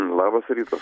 labas rytas